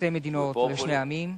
שתי מדינות לשני עמים,